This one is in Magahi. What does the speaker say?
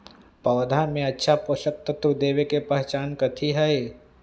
पौधा में अच्छा पोषक तत्व देवे के पहचान कथी हई?